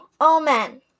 Amen